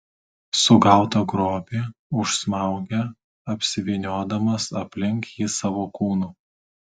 sugautą grobį užsmaugia apsivyniodamas aplink jį savo kūnu